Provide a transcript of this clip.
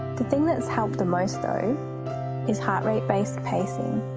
the thing that's helped the most though is heart rate based pacing.